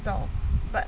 不知道 but